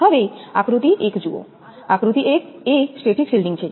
હવે આકૃતિ 1 જુઓ આકૃતિ 1 એ સ્ટેટિક શિલ્ડિંગ છે